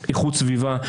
איכות הסביבה,